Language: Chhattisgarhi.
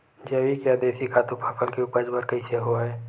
जैविक या देशी खातु फसल के उपज बर कइसे होहय?